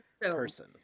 person